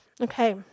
okay